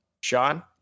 Sean